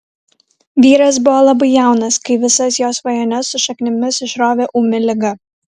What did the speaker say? vyras buvo labai jaunas kai visas jo svajones su šaknimis išrovė ūmi liga